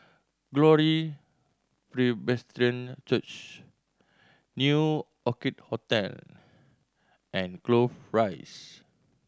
Glory Presbyterian Church New Orchid Hotel and Clover Rise